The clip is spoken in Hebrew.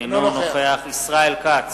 אינו נוכח ישראל כץ,